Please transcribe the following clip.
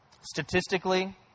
Statistically